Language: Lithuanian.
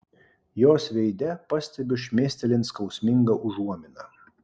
jos veide pastebiu šmėstelint skausmingą užuominą